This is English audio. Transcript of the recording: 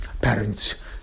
parents